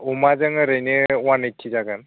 अमाजों ओरैनो वान येटि जागोन